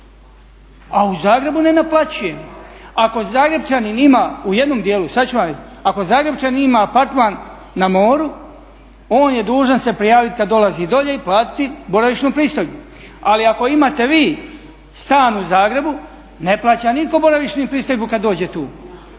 a u Zagrebu ne naplaćujemo? Ako Zagrepčanin ima u jednom dijelu, sada ću vam reći, ako Zagrepčanin ima apartman na moru on je dužan se prijaviti kada dolazi dolje i platiti boravišnu pristojbu. Ali ako imate vi stan u Zagrebu ne plaća nitko boravišnu pristojbu kada dođe tu.